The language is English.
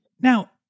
Now